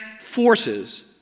forces